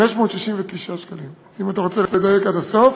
157,569 שקלים, אם אתה רוצה לדייק עד הסוף,